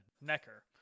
Necker